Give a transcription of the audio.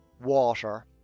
water